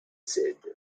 said